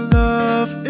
love